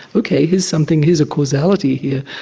okay, here's something, here's a causality here,